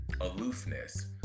aloofness